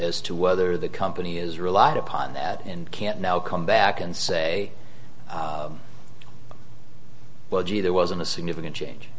whether the company is relied upon that and can't now come back and say well gee there wasn't a significant change